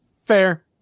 Fair